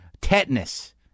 tetanus